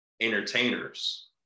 entertainers